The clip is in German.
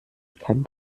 kein